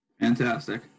Fantastic